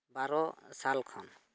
ᱵᱟᱨ ᱥᱟᱞ ᱠᱷᱚᱱ